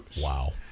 Wow